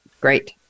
great